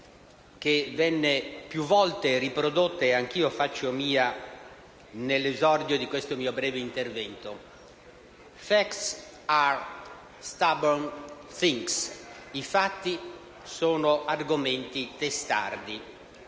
«*Facts are stubborn things*», i fatti sono argomenti testardi.